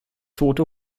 tote